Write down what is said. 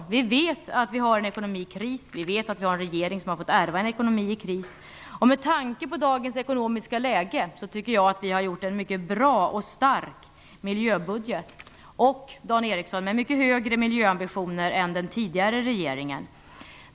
Vi vet att vi har en ekonomi i kris. Vi vet att vi har en regering som har fått ärva en ekonomi i kris. Med tanke på dagens ekonomiska läge tycker jag att vi har gjort en mycket bra och stark miljöbudget. Den har, Dan Ericsson, mycket högre miljöambitioner än den föregående regeringen.